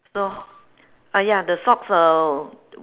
so ah ya the socks uh